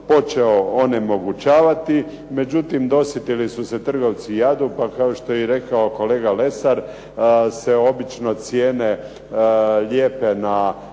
počeo onemogućavati. Međutim, dosjetili su se trgovci jadu pa kao što je i rekao kolega Lesar se obično cijene lijepe na